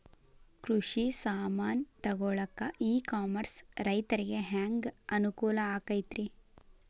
ಕೃಷಿ ಸಾಮಾನ್ ತಗೊಳಕ್ಕ ಇ ಕಾಮರ್ಸ್ ರೈತರಿಗೆ ಹ್ಯಾಂಗ್ ಅನುಕೂಲ ಆಕ್ಕೈತ್ರಿ?